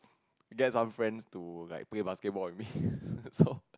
get some friends to like play basketball with me so